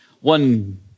one